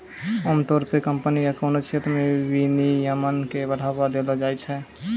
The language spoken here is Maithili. आमतौर पे कम्पनी या कोनो क्षेत्र मे विनियमन के बढ़ावा देलो जाय छै